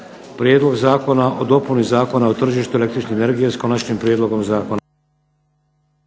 prijedlog Zakona o dopuni Zakona o tržištu električne energije s konačnim prijedlogom zakona.